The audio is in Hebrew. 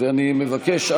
אני מבקש,